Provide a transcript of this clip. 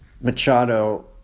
Machado